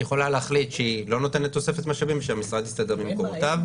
היא יכולה להחליט שהיא לא נותנת תוספת משאבים והמשרד יסתדר ממקורותיו,